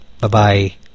Bye-bye